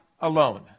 alone